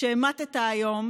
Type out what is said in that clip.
שהמטת היום